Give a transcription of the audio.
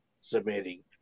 submitting